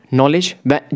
Knowledge